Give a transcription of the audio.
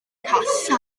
casáu